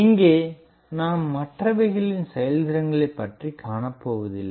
இங்கே நாம் மற்றவைகளின் செயல்திறன்களை பற்றி காணப்போவதில்லை